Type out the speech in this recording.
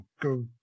Go